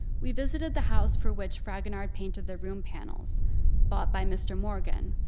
we visited the house for which fragonard painted the room panels bought by mr. morgan,